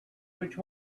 which